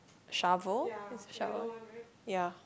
shovel is it shovel ya